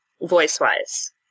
voice-wise